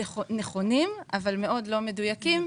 אמרתי, נכונים אבל מאוד לא מדויקים.